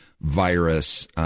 virus